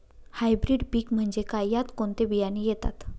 Hybrid पीक म्हणजे काय? यात कोणते बियाणे येतात?